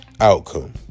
outcome